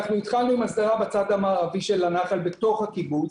אנחנו התחלנו עם הסדרה בצד המערבי של הנחל בתוך הקיבוץ.